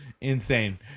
Insane